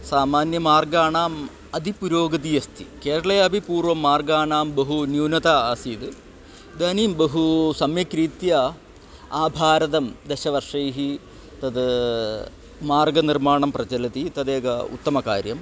सामान्यमार्गाणाम् अतीव पुरोगतिः अस्ति केरळे अपि पूर्वं मार्गाणां बहु न्यूनता आसीद् इदानीं बहु सम्यक्रीत्या आभारतं दशवर्षैः तद् मार्गनिर्माणं प्रचलति तदेकम् उत्तमं कार्यम्